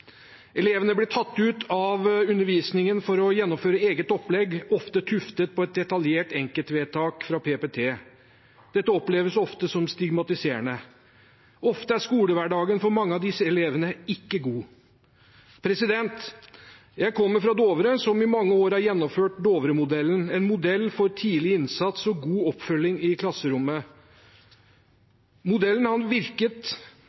Elevene blir tatt ut av undervisningen for å gjennomføre eget opplegg, ofte tuftet på et detaljert enkeltvedtak fra PPT. Dette oppleves ofte som stigmatiserende. Ofte er skolehverdagen for mange av disse elevene ikke god. Jeg kommer fra Dovre, som i mange år har gjennomført Dovre-modellen – en modell for tidlig innsats og god oppfølging i klasserommet. Modellen har virket,